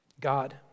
God